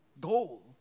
goal